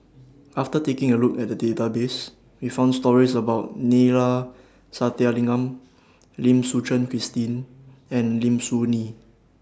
after taking A Look At The Database We found stories about Neila Sathyalingam Lim Suchen Christine and Lim Soo Ngee